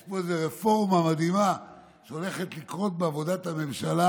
יש פה איזו רפורמה מדהימה שהולכת לקרות בעבודת הממשלה,